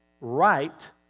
right